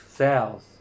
cells